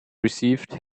received